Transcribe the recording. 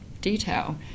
detail